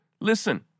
Listen